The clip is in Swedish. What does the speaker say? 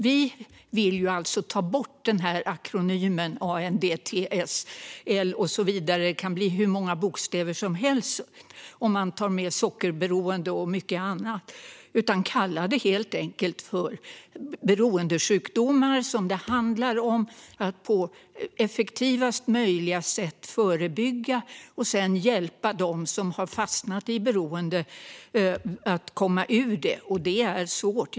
Vi vill ta bort akronymen ANDTSL - det kan bli hur många bokstäver som helst om man tar med sockerberoende och mycket annat - och helt enkelt kalla det beroendesjukdomar. Det handlar om att på effektivast möjliga sätt förebygga detta och sedan hjälpa dem som har fastnat i beroende att komma ur det. Det är svårt.